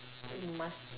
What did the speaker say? must